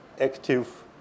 active